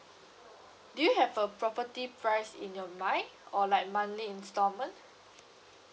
do you have a property price in your mind or like monthly installment